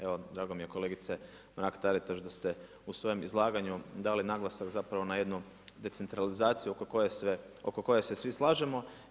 Evo drago mi je kolegice Mrak-Taritaš da ste u svojem izlaganju dali naglasak zapravo na jednu decentralizaciju oko koje sve svi slažemo.